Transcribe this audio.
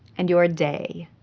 and your day.